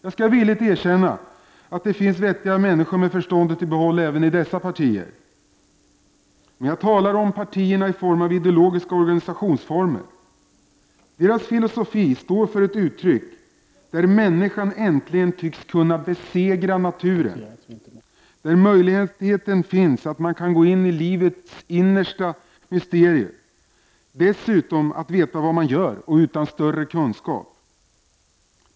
Jag skall villigt erkänna att det finns vettiga människor med förståndet i behåll även i dessa partier, men jag talar nu om partierna i form av ideologiska organisationsformer. Deras filosofi står för ett uttryck där människan äntligen tycks kunna besegra naturen, där möjligheter finns att gå in i livets innersta mysterier, dessutom utan att veta vad man gör och utan större kunskap.